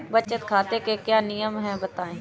बचत खाते के क्या नियम हैं बताएँ?